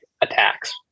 attacks